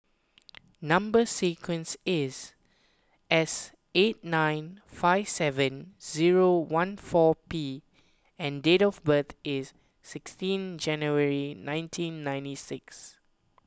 Number Sequence is S eight nine five seven zero one four P and date of birth is sixteen January nineteen ninety six